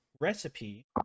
recipe